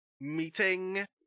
meeting